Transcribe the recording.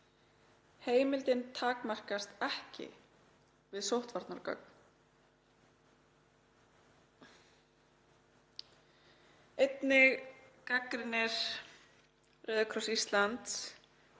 Heimildin takmarkist ekki við sóttvarnargögn. Einnig gagnrýnir Rauði krossinn á Íslandi